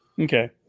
Okay